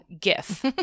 GIF